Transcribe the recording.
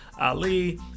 Ali